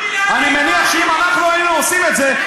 אני מניח שאם אנחנו היינו עושים את זה,